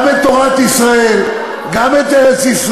גם את תורת ישראל, גם את ארץ-ישראל.